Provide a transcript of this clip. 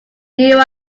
new